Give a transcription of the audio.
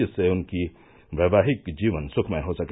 जिससे उनकी वैवाहिक जीवन सुखमय हो सके